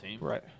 Right